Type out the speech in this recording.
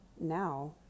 now